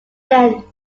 then